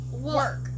work